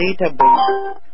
database